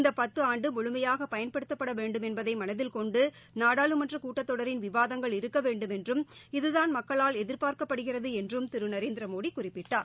இந்த பத்து ஆண்டு முழுமையாக பயன்படுத்தப்பட வேண்டும் என்பதை மனதில் கொண்டு நாடாளுமன்ற கூட்டத்தொடரின் விவாதங்கள் இருக்க வேண்டுமென்றும் இதுதான் மக்களால் எதிர்பார்க்கப்படுகிறது என்றும் திரு நரேந்தீரமோடி குறிப்பிட்டார்